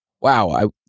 wow